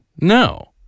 No